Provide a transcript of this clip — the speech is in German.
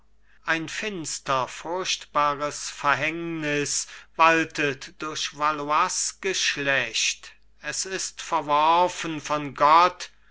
ein finster furchtbares verhängnis waltet durch valois geschlecht es ist verworfen von gott